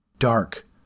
dark